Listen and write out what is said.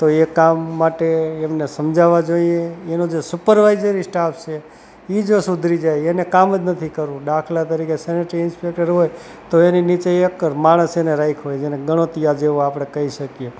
તો એ કામ માટે એમને સમજાવવા જોઈએ એનો જે સુપરવાઈઝરી સ્ટાફ છે એ જો સુધરી જાય એને કામ જ નથી કરવું દાખલા તરીકે સેનેટરી ઈન્સ્પેકટર હોય તો એની નીચે એક માણસ એને રાખ્યો જેને ગણોતિયા જેવો આપણે કઈ શકીએ